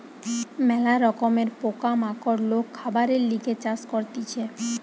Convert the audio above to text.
ম্যালা রকমের পোকা মাকড় লোক খাবারের লিগে চাষ করতিছে